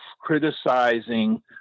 criticizing